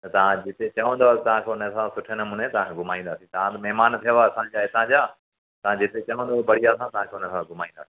त तव्हां जिते चवंदुव तव्हांखे हुन हिसाबु सुठे नमूने तव्हांखे घुमाईंदासीं तव्हां त महिमान थियव असांजा हितां जा तव्हां जिते चवंदव बढ़िया सां तव्हांखे हुन हिसाबु घुमाईंदासीं